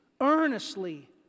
earnestly